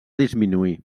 disminuir